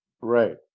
Right